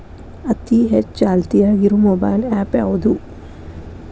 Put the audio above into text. ಅತಿ ಹೆಚ್ಚ ಚಾಲ್ತಿಯಾಗ ಇರು ಮೊಬೈಲ್ ಆ್ಯಪ್ ಯಾವುದು?